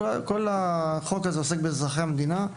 כל החוק הזה עוסק באזרחי המדינה,